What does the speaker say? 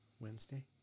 Wednesday